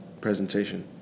presentation